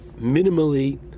minimally